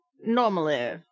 normally